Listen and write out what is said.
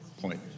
point